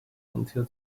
until